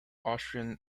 austrian